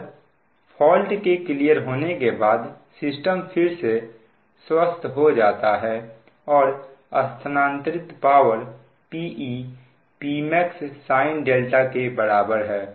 अब फॉल्ट के क्लियर होने के बाद सिस्टम फिर से स्वस्थ हो जाता है और स्थानांतरित पावर PePmax sin δ के बराबर है